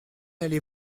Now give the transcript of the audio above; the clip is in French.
allez